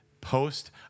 Post